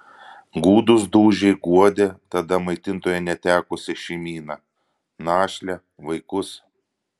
gūdūs dūžiai guodė tada maitintojo netekusią šeimyną našlę vaikus